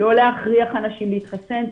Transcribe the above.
לא להכריח אנשים להתחסן,